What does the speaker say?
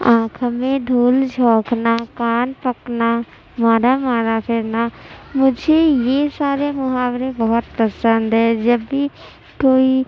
آنکھوں میں دھول جھونکنا کان پکنا مارا مارا پھرنا مجھے یہ سارے محاورے بہت پسند ہیں جب بھی کوئی